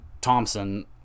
Thompson